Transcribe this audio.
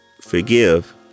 forgive